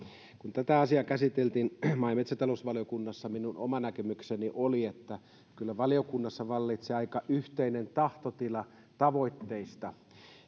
kun tätä asiaa käsiteltiin maa ja metsätalousvaliokunnassa minun oma näkemykseni oli että kyllä valiokunnassa vallitsee aika yhteinen tahtotila tavoitteista